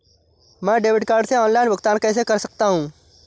मैं debit card से online भुगतान कैसे कर सकता हूँ?